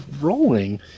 rolling